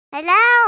Hello